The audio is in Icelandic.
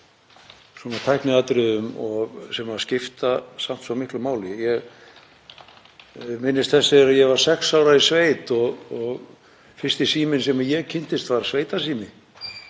svona tækniatriðum sem skipta samt svo miklu máli. Ég minnist þess þegar ég var sex ára í sveit og fyrsti síminn sem ég kynntist var sveitasími.